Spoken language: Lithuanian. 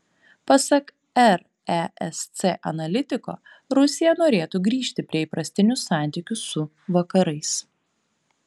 pasak resc analitiko rusija norėtų grįžti prie įprastinių santykių su vakarais